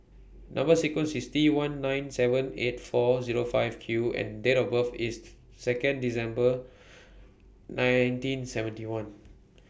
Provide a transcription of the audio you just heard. Number sequence IS T one nine seven eight four Zero five Q and Date of birth IS Second December nineteen seventy one